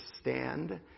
stand